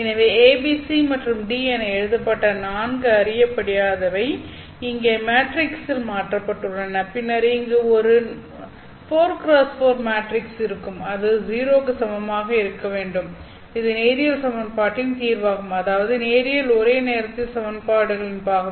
எனவே A B C மற்றும் D என எழுதப்பட்ட 4 அறியப்படாதவை இங்கே மேட்ரிக்ஸில் மாற்றப்பட்டுள்ளன பின்னர் இங்கு ஒரு 4x4 மேட்ரிக்ஸ் இருக்கும் அது 0 க்கு சமமாக இருக்க வேண்டும் இது நேரியல் சமன்பாட்டின் தீர்வாகும் அதாவது நேரியல் ஒரே நேரத்தில் சமன்பாடுகள் பாகம்